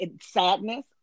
sadness